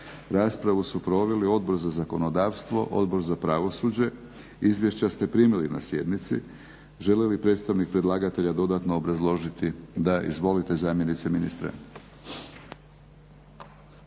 Raspravu su proveli Odbor za zakonodavstvo, Odbor za pravosuđe. Izvješća ste primili na sjednici. Želi li predstavnik predlagatelja dodatno obrazložiti? Da. Izvolite zamjenice ministra.